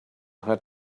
had